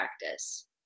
practice